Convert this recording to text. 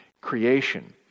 creation